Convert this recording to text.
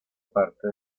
parte